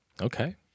Okay